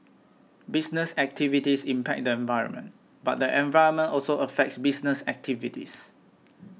business activities impact the environment but the environment also affects business activities